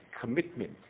commitment